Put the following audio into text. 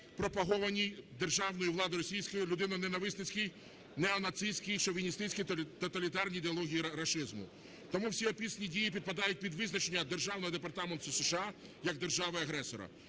пропагованій державною владою російською людиноненависнитській неонацистській, шовіністській тоталітарній ідеології рашизму. Тому всі описані дії підпадають під визначення Державного департаменту США як держави-агресора.